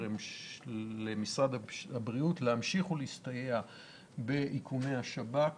למשרד הבריאות להמשיך ולהסתייע באיכוני השב"כ